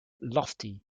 lofty